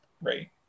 Right